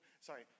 Sorry